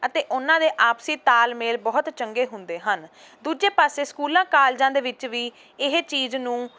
ਅਤੇ ਉਹਨਾਂ ਦੇ ਆਪਸੀ ਤਾਲਮੇਲ ਬਹੁਤ ਚੰਗੇ ਹੁੰਦੇ ਹਨ ਦੂਜੇ ਪਾਸੇ ਸਕੂਲਾਂ ਕਾਲਜਾਂ ਦੇ ਵਿੱਚ ਵੀ ਇਹ ਚੀਜ਼ ਨੂੰ